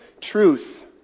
truth